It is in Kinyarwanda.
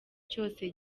cyose